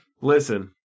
Listen